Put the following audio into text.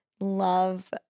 love